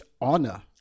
honor